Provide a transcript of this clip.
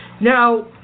Now